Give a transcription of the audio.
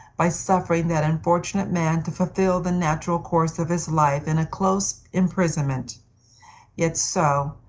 by suffering that unfortunate man to fulfill the natural course of his life in a close imprisonment yet so,